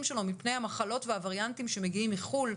שלו מפני המחלות והווריאנטים שמגיעים מחו"ל,